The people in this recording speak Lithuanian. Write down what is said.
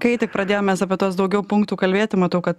kai tik pradėjom mes apie tuos daugiau punktų kalbėti matau kad